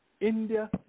India